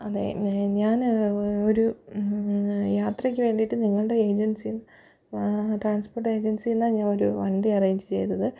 അതെ ഞാൻ ഒരു യാത്രക്ക് വേണ്ടിയിട്ടു നിങ്ങളുടെ ഏജൻസിയിൽ നിന്ന് ട്രാൻസ്പ്പോട്ട് ഏജൻസീന്നാണ് ഞാൻ ഒരു വണ്ടി അറേഞ്ച് ചെയ്തത്